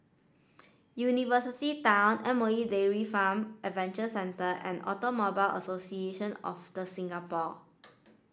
University Town M O E Dairy Farm Adventure Centre and Automobile Association of The Singapore